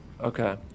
Okay